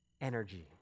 energy